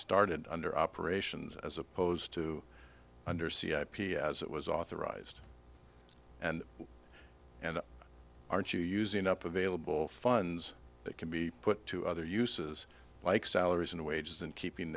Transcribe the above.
started under operations as opposed to undersea ip as it was authorized and and aren't you using up available funds that can be put to other uses like salaries and wages and keeping